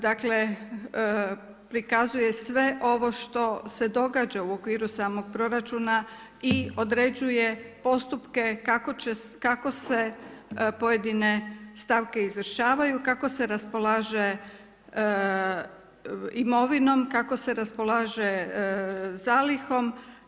Dakle, prikazuje sve ovo što se događa u okviru samog proračuna i određuje postupke kako se pojedine stavke izvršavaju, kako se raspolaže imovinom, kako se raspolaže zalihom.